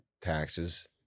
taxes